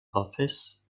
office